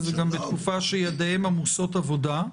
וזה גם בתקופה שידיהם עמוסות עבודה.